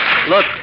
Look